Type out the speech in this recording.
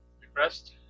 Request